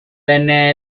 venne